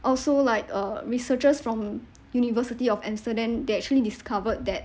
also like uh researchers from university of amsterdam they actually discovered that